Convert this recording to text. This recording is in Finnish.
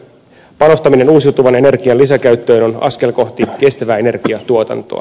panostaminen uusiutuvan energian lisäkäyttöön on askel kohti kestävää energiantuotantoa